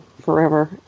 forever